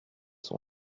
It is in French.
son